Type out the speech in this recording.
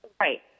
Right